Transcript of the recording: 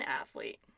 athlete